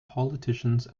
politicians